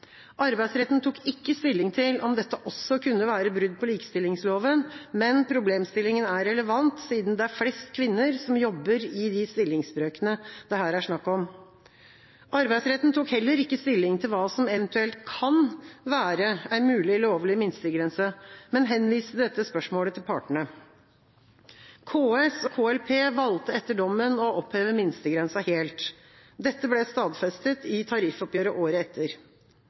Arbeidsretten tok ikke stilling til om dette også kunne være brudd på likestillingsloven, men problemstillinga er relevant, siden det er flest kvinner som jobber i de stillingsbrøkene det her er snakk om. Arbeidsretten tok heller ikke stilling til hva som eventuelt kan være en mulig lovlig minstegrense, men henviste dette spørsmålet til partene. KS og KLP valgte etter dommen å oppheve minstegrensa helt. Dette ble stadfestet i tariffoppgjøret året etter.